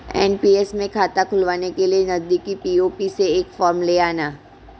NPS में खाता खुलवाने के लिए नजदीकी पी.ओ.पी से एक फॉर्म ले आना